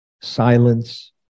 silence